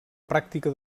pràctica